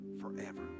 forever